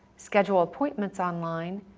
schedule appointments online,